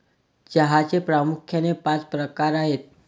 चहाचे प्रामुख्याने पाच प्रकार आहेत